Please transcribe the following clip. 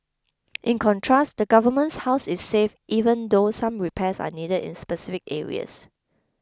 in contrast the government's house is safe even though some repairs are needed in specific areas